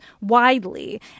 widely